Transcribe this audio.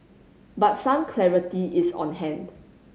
but some clarity is on hand